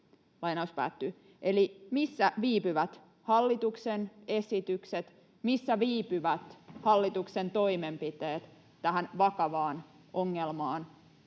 voimakkaammin.” Eli missä viipyvät hallituksen esitykset, missä viipyvät hallituksen toimenpiteet tähän vakavaan ongelmaan